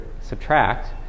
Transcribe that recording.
subtract